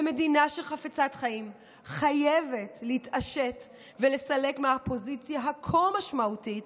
מדינה חפצת חיים חייבת להתעשת ולסלק מהפוזיציה הכה-משמעותית